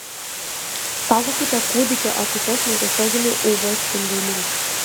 saugokite kūdikio akutes nuo tiesioginių uv spindulių